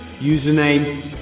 Username